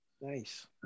Nice